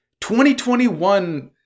2021